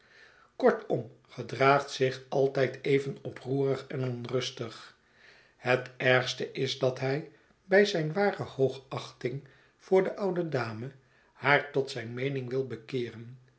kortom gedraagt zich altijd even oproerig en onrustig het ergste is dat hij bij zijn ware hoogachting voor de oude dame haar tot zijn meening wil bekeeren